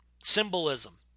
Symbolism